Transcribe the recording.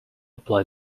apply